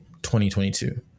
2022